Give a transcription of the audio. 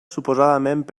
suposadament